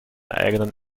eigenen